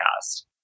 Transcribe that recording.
cast